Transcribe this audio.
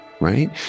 Right